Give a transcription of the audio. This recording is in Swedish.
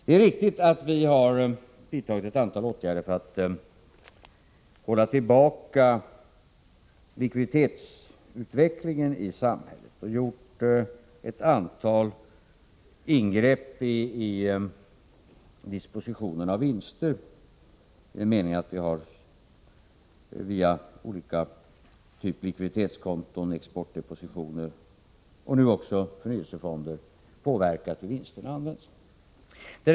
Det är riktigt att vi har vidtagit ett antal åtgärder för att hålla tillbaka likviditetsutvecklingen i samhället och gjort ett antal ingrepp i dispositionen av vinster, i den meningen att vi via likviditetskonton, exportdepositioner och nu också förnyelsefonder påverkat hur vinsterna används.